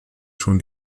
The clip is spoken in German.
schon